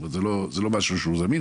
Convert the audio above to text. זה לא משהו שהוא זמין.